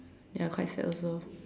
ya quite sad also